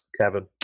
Kevin